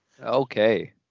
Okay